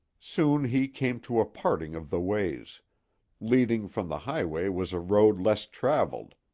soon he came to a parting of the ways leading from the highway was a road less traveled,